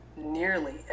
nearly